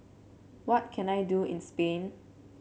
what can I do in Spain